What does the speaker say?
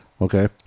Okay